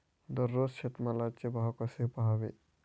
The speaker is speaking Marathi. दररोज शेतमालाचे भाव कसे पहावे?